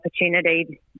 opportunity